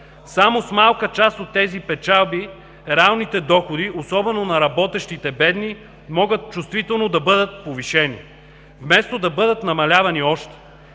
Само с малка част от тези печалби реалните доходи, особено на работещите бедни, могат чувствително да бъдат повишени, вместо да бъдат намалявани още.